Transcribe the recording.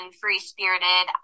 free-spirited